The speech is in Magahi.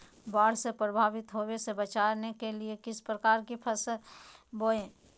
बाढ़ से प्रभावित होने से बचाव के लिए किस प्रकार की फसल बोए?